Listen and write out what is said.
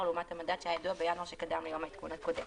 לעומת המדד שהיה ידוע בינואר שקדם ליום העדכון הקודם.